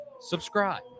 subscribe